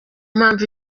mpamvu